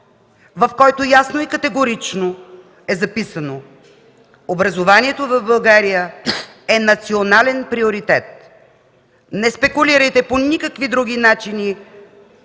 в който ясно и категорично е записано: „Образованието в България е национален приоритет”. Не спекулирайте по никакви други начини